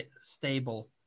stable